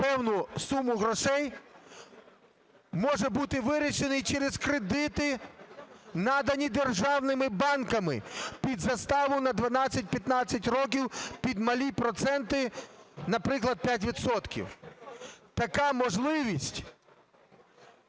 певну суму грошей може бути вирішений через кредити, надані державними банками під заставу на 12-15 років, під малі проценти, наприклад, 5 відсотків. Така можливість